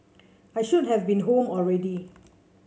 I should have been home already